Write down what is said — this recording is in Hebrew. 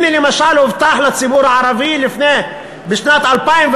הנה, למשל, הובטח לציבור הערבי כבר בשנת 2005,